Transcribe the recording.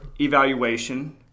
evaluation